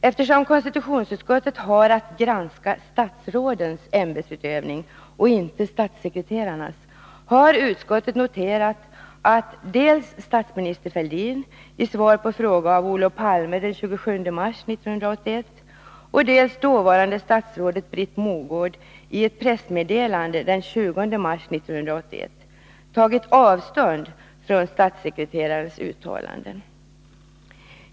Eftersom konstitutionsutskottet har att granska statsrådens ämbetsutövning och inte statssekreterarnas, har utskottet noterat att dels statsminister Fälldin i svar på fråga av Olof Palme den 27 mars 1981, dels dåvarande statsrådet Britt Mogård i ett pressmeddelande den 20 mars 1981 har tagit avstånd från statssekreterarens uttalanden.